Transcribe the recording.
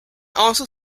also